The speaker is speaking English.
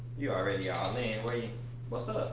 you already all in? what's up,